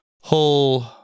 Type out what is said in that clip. whole